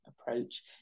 approach